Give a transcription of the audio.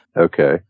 Okay